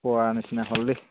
পৰা নিচিনা হ'ল দেই